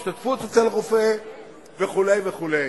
השתתפות בביקור אצל רופא וכו' וכו'.